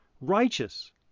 righteous